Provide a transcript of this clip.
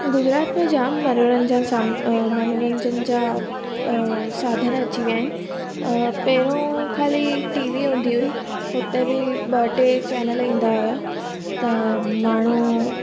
गुजरात में जाम मनोरंजन सा म मनोरंजन जा साधन अची विया आहिनि पहिरों खाली टी वी हूंदी हुई उते बि ॿ टे चैनल ईंदा हुया त माण्हू